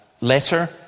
letter